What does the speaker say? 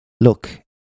look